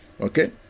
Okay